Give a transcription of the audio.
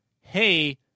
hey